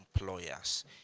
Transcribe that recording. employers